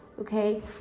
Okay